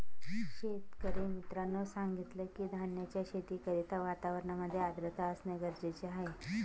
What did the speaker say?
शेतकरी मित्राने सांगितलं की, धान्याच्या शेती करिता वातावरणामध्ये आर्द्रता असणे गरजेचे आहे